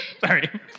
Sorry